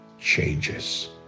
changes